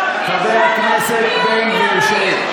חבר הכנסת בן גביר, שב.